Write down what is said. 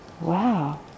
Wow